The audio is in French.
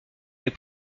les